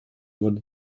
wurde